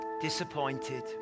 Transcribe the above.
disappointed